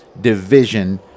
division